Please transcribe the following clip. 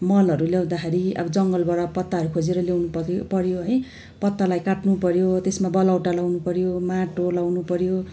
मलहरू ल्याउँदाखेरि अब जङ्गलबाट पत्ताहरू खोजेर ल्याउनु पर्यो पर्यो है पत्तालाई काट्नु पर्यो त्यसमा बलौटा लगाउनु पर्यो माटो लगाउनु पर्यो